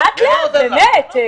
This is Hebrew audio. לאט לאט.